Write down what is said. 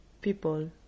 people